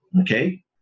Okay